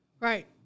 Right